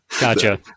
Gotcha